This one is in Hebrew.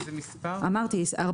הסדר.